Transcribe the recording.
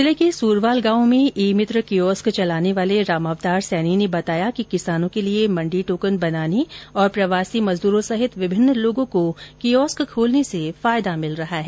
जिले के सूरवाल गांव में ई मित्र कियोस्क चलाने वाले राम अवतार सैनी ने बताया कि किसानों के लिए मण्डी टोकन बनाने और प्रवासी मजदूरों सहित विभिन्न लोगों को कियोस्क खोलने से फायदा मिल रहा है